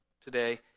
today